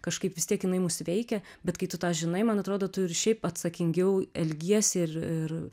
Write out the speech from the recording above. kažkaip vis tiek jinai mus veikia bet kai tu tą žinai man atrodo tu ir šiaip atsakingiau elgiesi ir ir